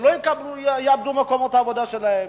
שלא יעבדו במקומות העבודה שלהם,